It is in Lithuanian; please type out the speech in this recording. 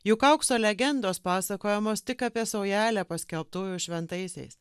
juk aukso legendos pasakojamos tik apie saujelę paskelbtųjų šventaisiais